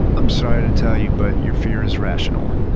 i'm sorry to tell you, but your fear is rational.